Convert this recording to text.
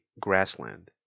grassland